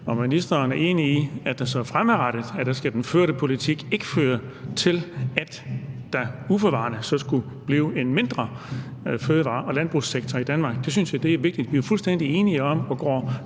om ministeren er enig i, at den førte politik fremadrettet ikke skal føre til, at der uforvarende bliver en mindre fødevare- og landbrugssektor i Danmark. Det synes jeg er vigtigt. Vi er fuldstændig enige i og går